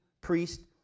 priest